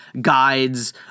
guides